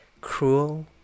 cruel